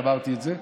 אמרתי את זה,